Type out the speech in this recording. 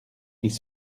ils